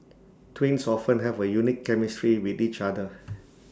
twins often have A unique chemistry with each other